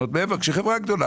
כשהחברה גדולה,